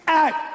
act